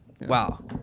Wow